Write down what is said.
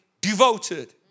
devoted